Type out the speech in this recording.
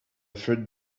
third